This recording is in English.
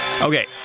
Okay